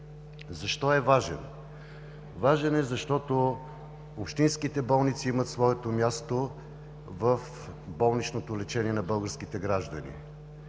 Защо е важен? Важен е, защото общинските болници имат своето място в болничното лечение на българските граждани.